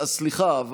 אז סליחה.